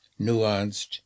nuanced